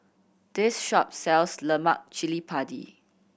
this shop sells lemak cili padi